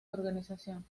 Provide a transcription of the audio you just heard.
organización